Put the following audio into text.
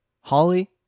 Holly